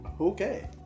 Okay